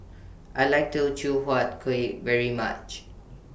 I like Teochew Huat Kuih very much